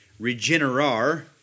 regenerar